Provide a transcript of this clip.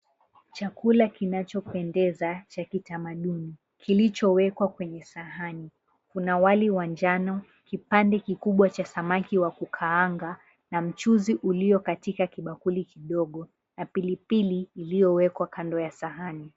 Chakula kinachopendeza cha kitamaduni kilichowekwa kwenye sahani. Kuna wali wa njano, kipande kikubwa cha samaki wa kukaanga na mchuzi ulio katika kibakuli kidogo na pilipili iloyowekwa kando ya sahani.